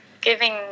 giving